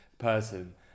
person